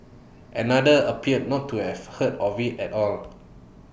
another appeared not to have heard of IT at all